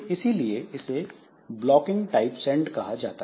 इसलिए इसे blocking type send कहा जाता है